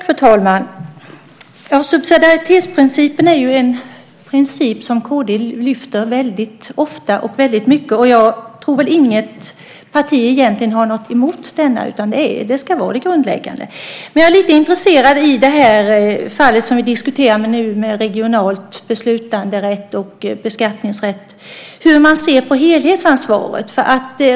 Fru talman! Subsidiaritetsprincipen är ju en princip som kd lyfter väldigt ofta och väldigt mycket. Jag tror väl inget parti egentligen har något emot denna, utan det ska vara det grundläggande. Men jag är lite intresserad av hur man ser på helhetsansvaret i det fall som vi diskuterar nu med regional beslutanderätt och beskattningsrätt.